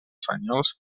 senyals